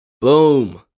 Boom